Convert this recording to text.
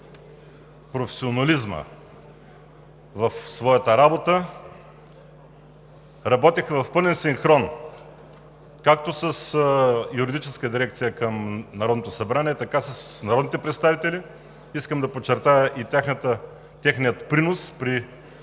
професионализма в работата, работеха в пълен синхрон както с Юридическата дирекция към Народното събрание, така и с народните представители. Искам да подчертая и техния принос при